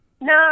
No